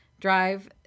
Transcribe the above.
drive